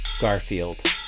Garfield